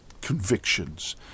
convictions